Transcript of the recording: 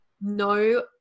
no